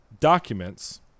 Documents